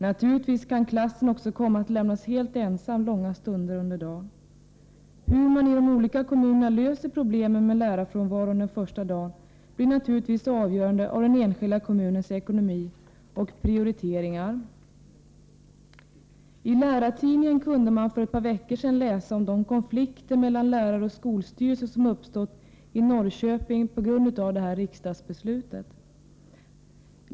Naturligtvis kan klassen också komma att lämnas helt ensam långa stunder under dagen. Hur man i de olika kommunerna löser problemen med lärarfrånvaron den första dagen blir naturligtvis beroende av den enskilda kommunens ekonomi och prioriteringar. I Lärartidningen kunde man för ett par veckor sedan läsa om de konflikter mellan lärare och skolstyrelse som uppstått i Norrköping på grund av riksdagsbeslutet i fråga.